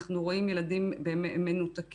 אנחנו רואים ילדים מנותקים,